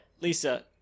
Lisa